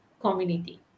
community